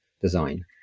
design